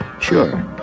Sure